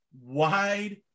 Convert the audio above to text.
wide